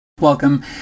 Welcome